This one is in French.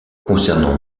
concernant